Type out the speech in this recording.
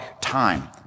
time